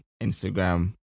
Instagram